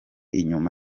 inyuma